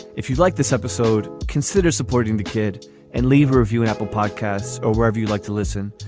if you'd like this episode consider supporting the kid and leave review apple podcasts or wherever you like to listen.